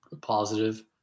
positive